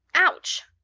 ouch!